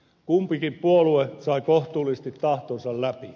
kumpikin puolue sai kohtuullisesti tahtonsa läpi